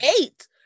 eight